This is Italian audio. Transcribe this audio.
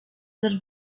del